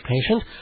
patient